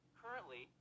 currently